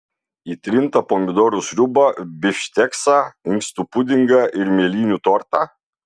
į trintą pomidorų sriubą bifšteksą inkstų pudingą ir mėlynių tortą